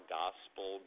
gospel